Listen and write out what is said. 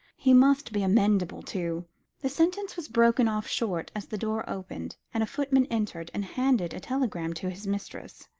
he must be amenable to the sentence was broken off short, as the door opened, and a footman entered and handed a telegram to his mistress